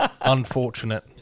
unfortunate